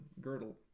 girdle